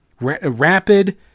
rapid